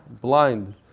blind